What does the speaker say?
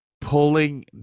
pulling